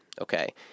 okay